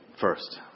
first